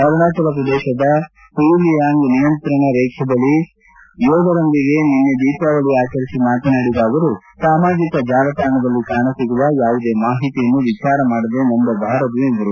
ಅರುಣಾಚಲ ಪ್ರದೇಶದ ಪಯುಲಿಯಾಂಕ್ ನಿಯಂತ್ರಣ ರೇಖೆ ಸಮಿತಿ ಯೋಧರೊಂದಿಗೆ ದೀಪಾವಳಿ ಆಚರಿಸಿ ಮಾತನಾಡಿದ ಅವರು ಸಾಮಾಜಿಕ ಜಾಲತಾಣದಲ್ಲಿ ಕಾಣಸಿಗುವ ಯಾವುದೇ ಮಾಹಿತಿಯನ್ನು ವಿಚಾರ ಮಾಡದೇ ನಂಬಬಾರದು ಎಂದರು